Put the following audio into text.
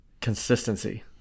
consistency